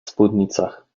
spódnicach